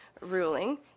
ruling